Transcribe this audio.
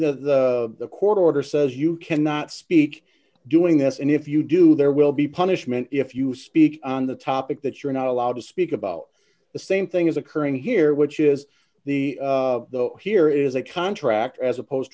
the court order says you cannot speak doing this and if you do there will be punishment if you speak on the topic that you're not allowed to speak about the same thing as occurring here which is the here is a contract as opposed